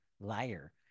liar